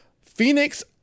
Phoenix